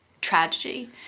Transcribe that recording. tragedy